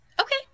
okay